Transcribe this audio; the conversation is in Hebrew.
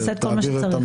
נעשה כל מה שצריך.